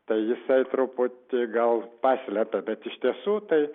tai jisai truputį gal paslepia bet iš tiesų tai